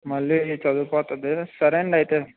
మళ్ళీ ఈ చదువు పోతది సరే అండి అయితే